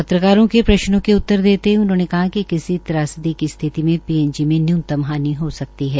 पत्रकारों के प्रश्नों का उत्तर देते हये उन्होंने कहा कि किसी त्रासदी की स्थिति मे पीएनजी में न्यूनतम हानि हो सकती है